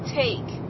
take